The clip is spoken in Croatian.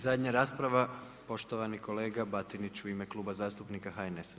Zadnja rasprava, poštovani kolega Batinić u ime Kluba zastupnika HNS-a.